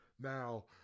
Now